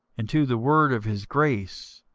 and to the word of his grace,